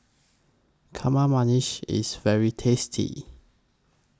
Kamameshi IS very tasty